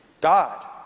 God